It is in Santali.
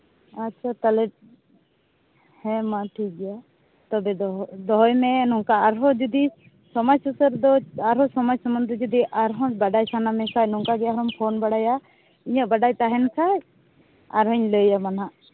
ᱟᱪᱪᱷᱟ ᱛᱟᱦᱚᱞᱮ ᱦᱮᱸᱢᱟ ᱴᱷᱤᱠᱜᱮᱭᱟ ᱛᱚᱵᱮ ᱫᱚᱦᱚ ᱫᱚᱦᱚᱭ ᱢᱮ ᱱᱚᱝᱠᱟ ᱟᱨᱦᱚᱸ ᱡᱩᱫᱤ ᱥᱚᱢᱟᱡᱽ ᱥᱩᱥᱟᱹᱨ ᱫᱚ ᱟᱨᱦᱚᱸ ᱥᱚᱢᱟᱡᱽ ᱥᱚᱢᱵᱚᱱᱫᱷᱮ ᱡᱩᱫᱤ ᱟᱨᱦᱚᱸ ᱵᱟᱰᱟᱭ ᱥᱟᱱᱟᱢᱮ ᱠᱷᱟᱱ ᱱᱚᱝᱠᱟᱜᱮ ᱟᱨᱦᱚᱸᱢ ᱯᱷᱳᱱ ᱵᱟᱲᱟᱭᱟ ᱤᱧᱟᱹᱜ ᱵᱟᱰᱟᱭ ᱛᱟᱦᱮᱱ ᱠᱷᱟᱱ ᱟᱨᱦᱩᱧ ᱞᱟᱹᱭᱟᱢᱟ ᱦᱟᱸᱜ